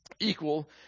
equal